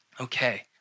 Okay